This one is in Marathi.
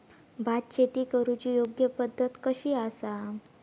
भात शेती करुची योग्य पद्धत कशी आसा?